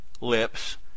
lips